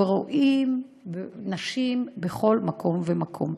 רואים נשים בכל מקום ומקום.